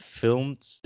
filmed